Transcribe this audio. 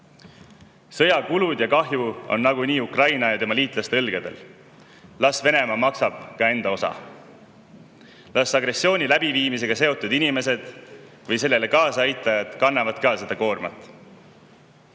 Sõja kulud ja kahju on nagunii Ukraina ja tema liitlaste õlgadel. Las Venemaa maksab enda osa. Las agressiooni läbiviimisega seotud inimesed või sellele kaasa aitajad kannavad ka seda koormat.